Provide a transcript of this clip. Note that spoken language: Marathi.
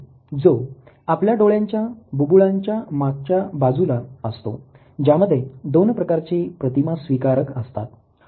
जो आपल्या डोळ्यांच्या बुबुळांच्या मागच्या बाजूला असतो ज्यामध्ये दोन प्रकारचे प्रतिमा स्वीकारक असतात